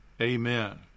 amen